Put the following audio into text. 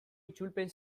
itzulpen